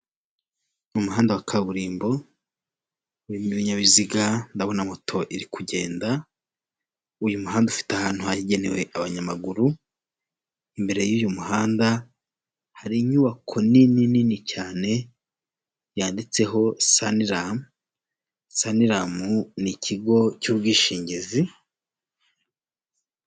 Repubulika y'u Rwanda komisiyo y'igihugu ishinzwe abakozi ba leta, inama nyunguranabitekerezo n'inzego zo mu butegetsi bwite bwa leta, bikorewe i Kigali muri Mata bibiri na makumyabiri na gatatu.